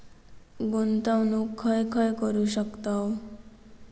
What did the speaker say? गुंतवणूक खय खय करू शकतव?